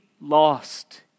lost